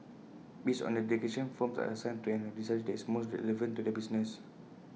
based on their declarations firms are assigned to an industry that is most relevant to their business